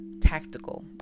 tactical